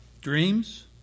Dreams